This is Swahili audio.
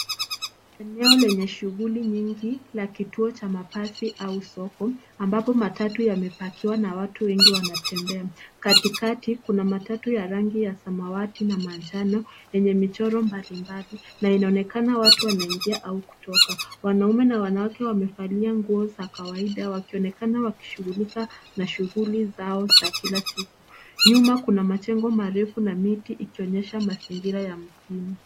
Eneo lenye shughuli nyingi la kituo cha mabasi au soko ambapo matatu yamepakiwa na watu wengi wanatembea. Katikati kuna matatu ya rangi ya samawati na manjano yenye michoro mbalimbali na inaonekana watu wanaingia au kutoka. Wanaume na wanawake wamevalia nguo za kawaida wakionekana wakishughulika na shughuli zao za kila siku. Nyuma kuna majengo marefu na miti ikionyesha mazingira ya mjini.